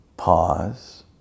Pause